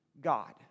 God